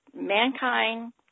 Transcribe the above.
Mankind